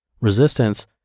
Resistance